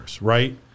right